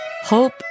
hope